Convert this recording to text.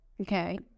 okay